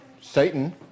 Satan